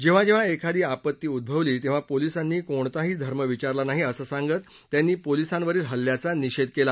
जेव्हा जेव्हा एखादी आपत्ती उद्गवली तेव्हा पोलिसांनी कुणाचाही धर्म विचारला नाही असं सांगत त्यांनी पोलिसांवरील इल्ल्याचा निषेध केला